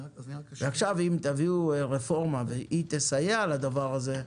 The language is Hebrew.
עכשיו אם תביאו רפורמה והיא תסייע לדבר הזה,